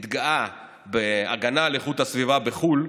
מתגאה בהגנה על איכות הסביבה בחו"ל,